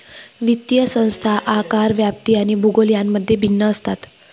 वित्तीय संस्था आकार, व्याप्ती आणि भूगोल यांमध्ये भिन्न असतात